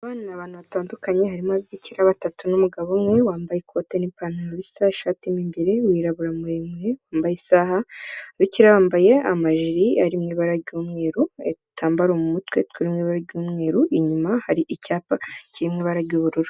Abantu batandukanye harimo: ababikira batatu n'umugabo umwe wambaye ikote n'ipantaro bisa ishati mo imbere wirabura, muremure, wambaye isaha ababikira bambaye amajiri ari mu ibarara ry'umwe n'udutambaro mu mutwe turimo umweru, inyuma hari icyapa kirimo iba ry' ubururu.